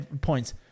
points